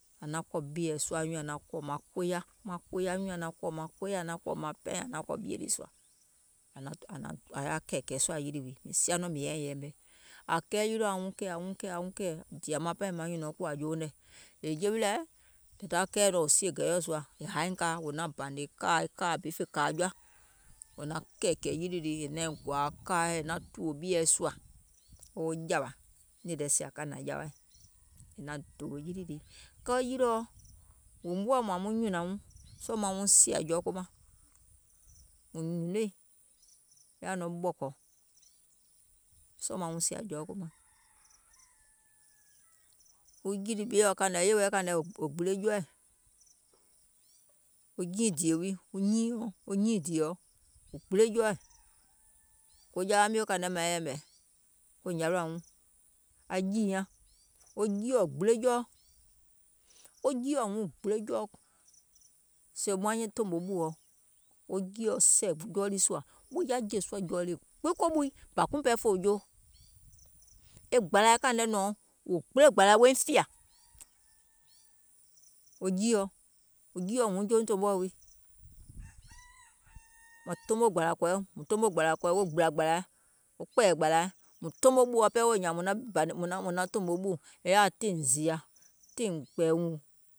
Ȧŋ naŋ kɔ̀ ɓieɛ̀ sùȧ aŋ naŋ kɔ̀ɔ̀ mȧŋ koya, maŋ koya, nyùùŋ nyaŋ naŋ kɔ̀ɔ̀ maŋ koya ȧŋ naŋ kɔ̀ɔ̀ maŋ pɛìŋ ȧŋ naŋ kɔ̀ ɓie lii sùȧ, ȧŋ yaȧ kɛ̀ɛ̀kɛ̀ɛ̀ sùȧ yilì wii mìŋ sia nɔŋ mìŋ yȧ nyiŋ yɛɛmɛ, ȧŋ kɛɛ yilìɔ auŋ kɛ̀ɛ̀ auŋ kɛ̀ɛ̀ auŋ kɛ̀ɛ̀ wo dìȧ maŋ pɛìŋ nyùnɔ̀ɔŋ kòȧ jouŋ nɛ̀, yèè je wilɛ̀ dèda kɛɛ nɔŋ sie gɛ̀iɔ̀ sùȧ è haȧiŋ kȧa, wò naŋ bȧnè kȧa e kȧa bi e fè kȧa jɔa, wò naŋ kɛ̀ɛ̀kɛ̀ɛ̀ yilì lii è naiŋ gɔ̀ȧì kȧaì è naŋ tùwò ɓieɛ̀ sùȧ woo jȧwȧ nìì lɛ sìȧ ka hnȧŋ jawaì, è naŋ dòwò yilì lii, kɛɛ yilìɔ mùŋ woȧ mȧȧŋ muŋ nyùnȧuŋ sɔɔ̀ mauŋ sìȧ jɔɔkomaŋ, mùŋ nyùnòiŋ yaȧ nɔŋ ɓɔ̀kɔ̀, sɔɔ̀ maŋ wuŋ sìȧ jɔɔkomaŋ. Wo yìlì ɓieɛ̀ kȧìŋ nɛ, yèwɛɛ̀ kȧìŋ nɛ wò gbile jɔɔɛ̀, wo jiì dìè wii, wo nyiìŋ dìèɔ wò gbile jɔɔɛ̀, ko jawa mio kȧìŋ nɛ maiŋ yɛmɛ̀, ko nyȧwàhuŋ, aŋ jìì nyaŋ, wo jiìɔ gbile jɔɔɛ̀, wo jiìɔ wuŋ gbile jɔɔ, sèè maŋ tòmò ɓùɔ wo jiìɔ sɛ̀ɛ̀ jɔɔ lii sùȧ, wò yaȧ jè sùȧ jɔɔ lii gbiŋ ko ɓùi, bȧ guùŋ pɛɛ fòo joo, e gbȧlȧa kȧìŋ nɛ nɔ̀ɔŋ, wò gbile gbȧlȧa woiŋ fìyȧ, wo jiìɔ, wo jiìɔ huŋ jouŋ tòmòɛ lii, mùŋ tomo gbȧlȧ kɔ̀ìɔ, mùŋ tomo gbȧlȧ kɔ̀ìɔ wo gbìlȧ gbȧlȧa wo kpɛ̀ɛ̀yɛ̀ gbȧlȧa, mùŋ tomo ɓùɔ ɓɛɛ nyȧȧŋ è yaȧ tììŋ zììyȧ, tììŋ kpɛ̀ɛ̀ùŋ